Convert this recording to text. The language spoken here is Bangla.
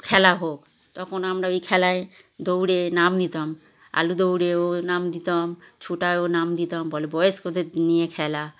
খেলা হোক তখন আমরা ওই খেলায় দৌড়ে নাম দিতাম আলু দৌড়েও নাম দিতাম ছুটাও নাম দিতাম বলে বয়স্কদের নিয়ে খেলা